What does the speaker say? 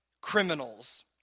criminals